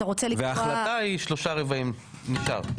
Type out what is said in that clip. וההחלטה היא שלושה רבעים נותר.